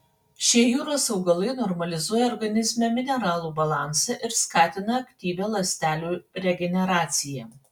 šie jūros augalai normalizuoja organizme mineralų balansą ir skatina aktyvią ląstelių regeneraciją